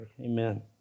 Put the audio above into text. Amen